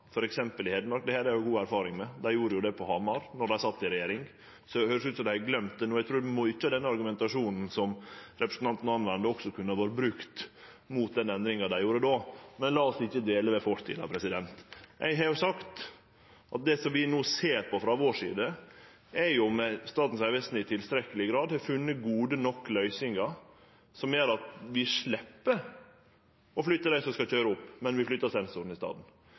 i Hedmark, har dei god erfaring med. Det gjorde dei jo på Hamar då dei sat i regjering. Det høyrest ut som dei har gløymt det no. Eg trur mykje av den argumentasjonen som representanten bruker, også kunne vore brukt mot den endringa dei gjorde då. Men la oss ikkje dvele ved fortida. Eg har sagt at det som vi no ser på frå vår side, er om Statens vegvesen i tilstrekkeleg grad har funne løysingar som gjer at vi slepp å flytte dei som skal køyre opp, men flyttar sensor i staden.